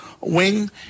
wing